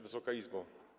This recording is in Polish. Wysoka Izbo!